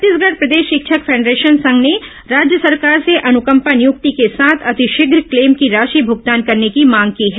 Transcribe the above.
छत्तीसगढ़ प्रदेश शिक्षक फेडरेशन संघ ने राज्य सरकार से अनुकंपा नियुक्ति के साथ अतिशीघ क्लेम की राशि भुगतान करने की मांग की है